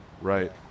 Right